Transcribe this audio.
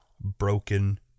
broken